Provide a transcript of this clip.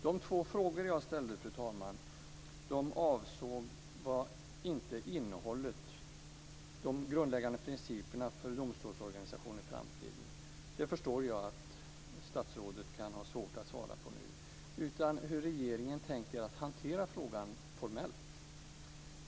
De två frågor jag ställde, fru talman, avsåg inte innehållet eller de grundläggande principerna för domstolsorganisationen i framtiden - jag förstår att statsrådet kan ha svårt att svara på sådana frågor nu - utan hur regeringen tänker hantera frågan formellt.